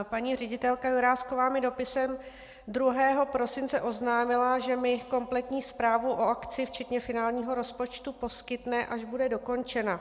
Paní ředitelka Jurásková mi dopisem 2. prosince oznámila, že mi kompletní zprávu o akci včetně finálního rozpočtu poskytne, až bude dokončena.